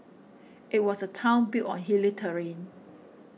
it was a town built on hilly terrain